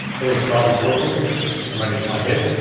little slightly tilted, or maybe it's my head.